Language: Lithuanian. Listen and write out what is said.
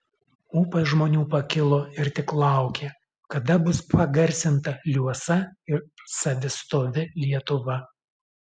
ūpas žmonių pakilo ir tik laukė kada bus pagarsinta liuosa ir savistovi lietuva